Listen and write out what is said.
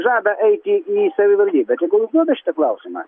žada eiti į savivaldybę tegul užduoda šitą klausimą